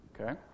Okay